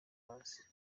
hasi